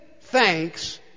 thanks